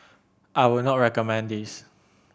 I would not recommend this